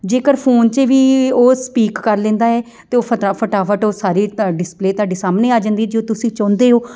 ਜੇਕਰ ਫੋਨ 'ਚ ਵੀ ਉਹ ਸਪੀਕ ਕਰ ਲੈਂਦਾ ਏ ਅਤੇ ਉਹ ਫਤਾ ਫਟਾਫਟ ਉਹ ਸਾਰੀ ਤ ਡਿਸਪਲੇ ਤੁਹਾਡੇ ਸਾਹਮਣੇ ਆ ਜਾਂਦੀ ਜੋ ਤੁਸੀਂ ਚਾਹੁੰਦੇ ਹੋ